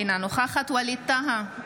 אינה נוכחת ווליד טאהא,